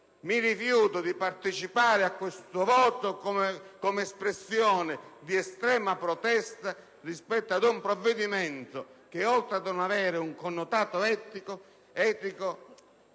mi rifiuto di partecipare al voto, come espressione di estrema protesta rispetto ad un provvedimento che, oltre a non avere un connotato etico,